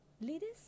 Leaders